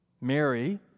Mary